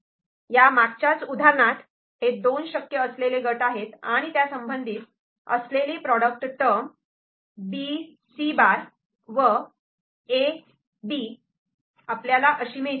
या मागच्याच उदाहरणात हे दोन शक्य असलेले गट आहेत आणि त्या संबंधित असलेली प्रॉडक्ट टर्म B C' व A B आपल्याला अशी मिळते